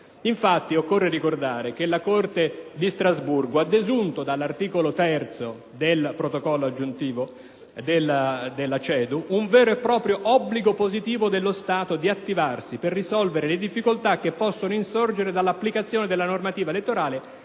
Infatti, occorre ricordare che la Corte di Strasburgo ha desunto dall'articolo 3 del Protocollo aggiuntivo della CEDU un vero e proprio obbligo positivo dello Stato di attivarsi per risolvere le difficoltà che possono insorgere dall'applicazione della normativa elettorale,